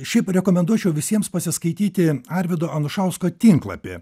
šiaip rekomenduočiau visiems pasiskaityti arvydo anušausko tinklapį